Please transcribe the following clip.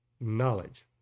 knowledge